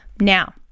Now